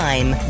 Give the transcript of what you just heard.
Time